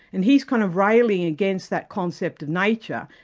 and he's kind of railing against that concept of nature,